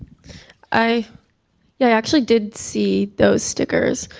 i yeah i actually did see those stickers.